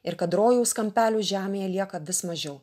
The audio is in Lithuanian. ir kad rojaus kampelių žemėje lieka vis mažiau